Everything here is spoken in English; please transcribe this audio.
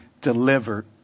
delivered